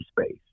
space